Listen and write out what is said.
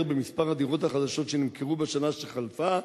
במספר הדירות החדשות שנמכרו בשנה שחלפה.